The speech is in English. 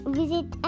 visit